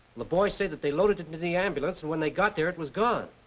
the boys say that they loaded it into the ambulance and when they got there it was gone.